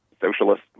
socialist